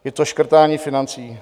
Je to škrtání financí.